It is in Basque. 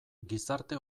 gizarte